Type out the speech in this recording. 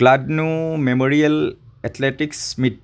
Kladno memorial athletics meat